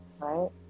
right